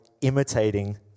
imitating